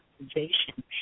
organization